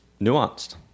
nuanced